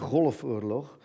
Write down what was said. Golfoorlog